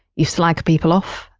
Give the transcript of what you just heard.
you slack people off.